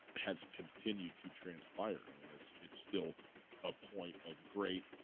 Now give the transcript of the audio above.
has continued to transpire and and it's it's still a point of great